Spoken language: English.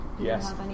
Yes